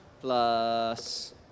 Plus